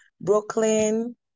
Brooklyn